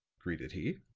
greeted he.